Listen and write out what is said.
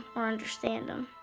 or understand him.